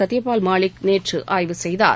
சத்தியபால் மாலிக் நேற்று ஆய்வு செய்தார்